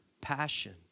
passion